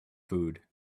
food